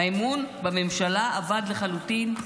האמון בממשלה אבד לחלוטין,